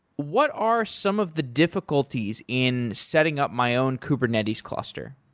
what are some of the difficulties in setting up my own kubernetes cluster?